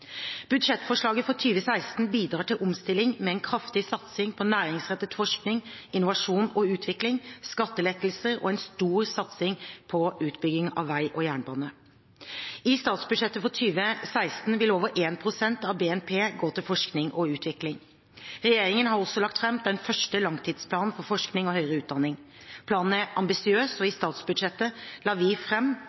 Budsjettforslaget for 2016 bidrar til omstilling med en kraftig satsing på næringsrettet forskning, innovasjon og utvikling, skattelettelser og en stor satsing på utbygging av vei og jernbane. I statsbudsjettet for 2016 vil over 1 pst. av BNP gå til forskning og utvikling. Regjeringen har også lagt fram den første langtidsplanen for forskning og høyere utdanning. Planen er ambisiøs, og i statsbudsjettet la vi